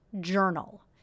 journal